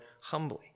humbly